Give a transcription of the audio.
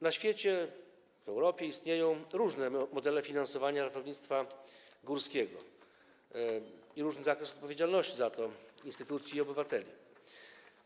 Na świecie, w Europie istnieją różne modele finansowania ratownictwa górskiego i zakres odpowiedzialności za to instytucji i obywateli jest różny.